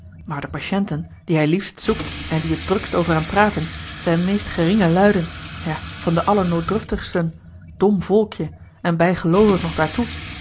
maar de patiënten die hij liefst zoekt en die het drukst over hem praten zijn meest geringe luiden ja van de allernooddruftigsten dom volkje en bijgeloovig nog